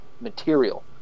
material